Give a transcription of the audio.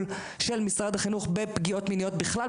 של משרד החינוך בפגיעות מיניות בכלל,